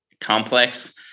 complex